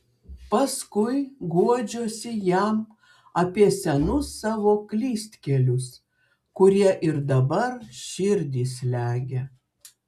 paskui guodžiuosi jam apie senus savo klystkelius kurie ir dabar širdį slegia